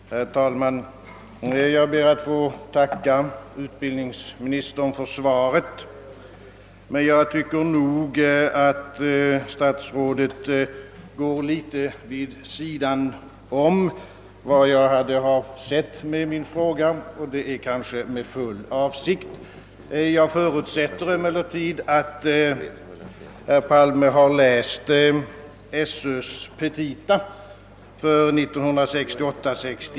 Herr talman! Jag ber att få tacka utbildningsministern för svaret men tycker nog, att statsrådet gick litet vid sidan om vad jag avsett med min fråga; han gjorde det kanske med full avsikt. Jag förutsätter emellertid, att herr Palme har läst Sö:s petita för 1968/69.